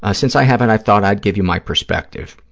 ah since i have it, i thought i'd give you my perspective.